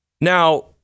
Now